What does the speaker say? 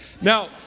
Now